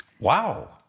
Wow